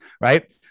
right